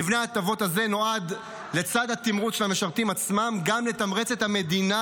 מבנה ההטבות הזה נועד לצד התמרוץ למשרתים עצמם גם לתמרץ את המדינה